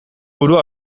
burua